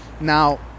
Now